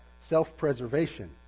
self-preservation